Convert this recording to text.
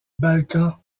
balkans